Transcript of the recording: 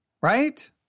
Right